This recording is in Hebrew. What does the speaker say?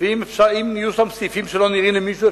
ואם יהיו שם סעיפים שלא נראים למישהו,